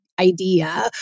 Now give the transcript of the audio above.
idea